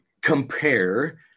compare